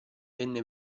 venne